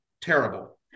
terrible